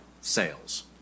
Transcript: sales